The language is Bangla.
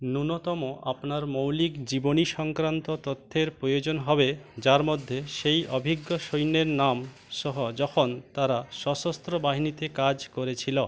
ন্যূনতম আপনার মৌলিক জীবনী সংক্রান্ত তথ্যের প্রয়োজন হবে যার মধ্যে সেই অভিজ্ঞ সৈন্যের নামসহ যখন তারা সশস্ত্র বাহিনীতে কাজ করেছিলো